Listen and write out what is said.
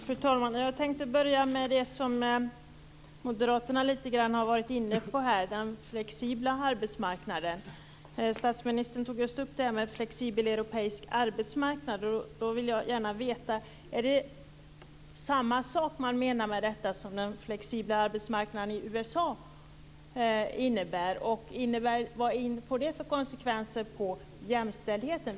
Fru talman! Jag tänkte börja med det som Moderaterna har varit inne på, nämligen den flexibla arbetsmarknaden. Statsministern tog just upp frågan om en flexibel europeisk arbetsmarknad. Jag vill gärna veta om man avser samma flexibla arbetsmarknad som i USA. Vad får det för konsekvenser för jämställdheten?